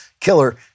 killer